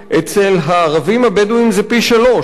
אצל הערבים הבדואים זה פי-שלושה.